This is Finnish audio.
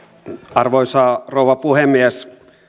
arvoisa rouva puhemies